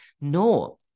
No